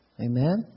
Amen